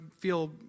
feel